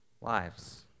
lives